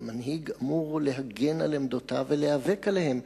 מנהיג אמור להגן על עמדותיו ולהיאבק עליהן.